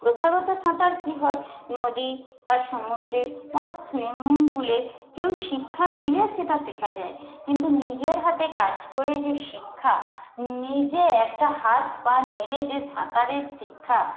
প্রথাগত সাঁতার কী হয় নদী বা সমুদ্রে বা সুইমিং পুলে কেউ শিক্ষা দিলে সেটা শেখা যায় কিন্তু নিজের হাতে কাজ করেই যে শিক্ষা নিজে একটা হাত পা নেড়ে যে সাঁতারের শিক্ষা